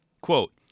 quote